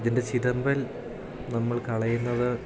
ഇതിൻ്റെ ചിതമ്പൽ നമ്മൾ കളയുന്നത്